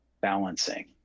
balancing